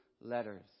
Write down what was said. letters